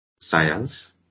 science